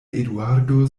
eduardo